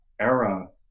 era